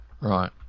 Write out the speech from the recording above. Right